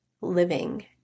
living